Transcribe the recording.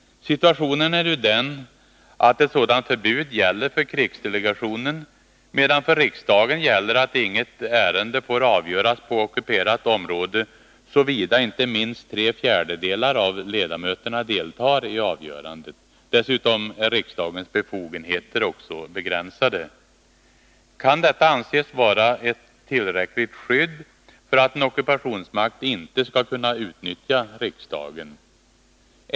Situationen är nu den att ett sådant förbud gäller för krigsdelegationen, medan för riksdagen gäller att inget ärende får avgöras på ockuperat område, såvida inte minst tre fjärdedelar av ledamöterna deltar i avgörandet. Dessutom är riksdagens befogenheter också begränsade. Kan detta anses vara ett tillräckligt skydd för att en ockupationsmakt inte skall kunna utnyttja riksdagen?